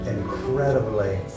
incredibly